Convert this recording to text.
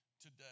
today